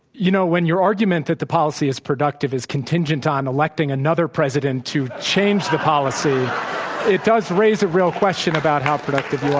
you know, when your argument that the policy is productive is contingent on electing another president to change the policy it does raise a real question about how productive you ah